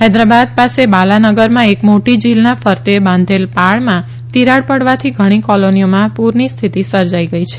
હૈદરાબાદ પાસે બાલાનગરમાં એક મોટી ઝીલનાં ફરતે બાંધેલ પાળીમાં તિરાડ પડવાથી ઘણી કોલોનીઓમાં પૂરની સ્થિતિ સર્જાઈ ગઈ છે